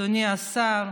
בבקשה.